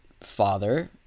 father